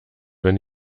wenn